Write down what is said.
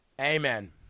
Amen